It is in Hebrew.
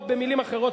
או במלים אחרות,